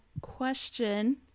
question